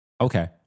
Okay